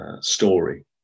story